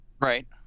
Right